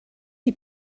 die